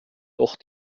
doch